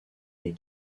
les